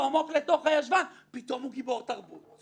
אלא פוגעים במדינה ובחייליה ובאזרחיה אתם משרתים את הגרועים שבאויבנו.